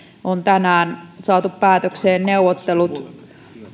on tänään saatu päätökseen neuvottelut